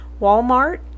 Walmart